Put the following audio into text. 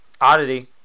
oddity